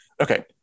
okay